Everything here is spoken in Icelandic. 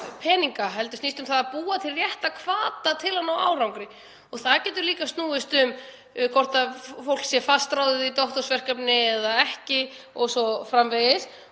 peninga heldur um það að búa til rétta hvata til að ná árangri. Það getur líka snúist um hvort fólk sé fastráðið í doktorsverkefni eða ekki o.s.frv.